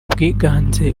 bwiganze